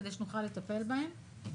כדי שנוכל לטפל בהם.